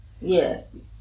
yes